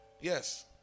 yes